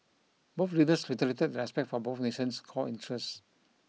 both leaders reiterated their respect for both nation's core interests